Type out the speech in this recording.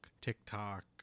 TikTok